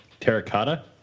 terracotta